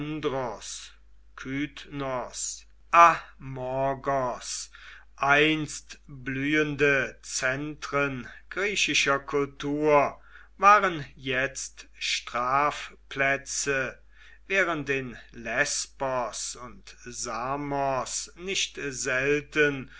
amorgos einst blühende zentren griechischer kultur waren jetzt strafplätze während in lesbos und samos nicht selten